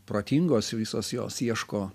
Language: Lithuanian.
protingos visos jos ieško